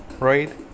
right